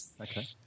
Okay